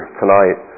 tonight